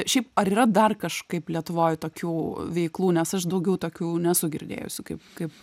šiaip ar yra dar kažkaip lietuvoj tokių veiklų nes aš daugiau tokių nesu girdėjusi kaip kaip